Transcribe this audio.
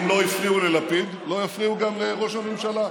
אם לא הפריעו ללפיד לא יפריעו גם לראש הממשלה.